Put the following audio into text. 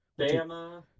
Bama